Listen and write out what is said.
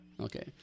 Okay